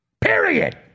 Period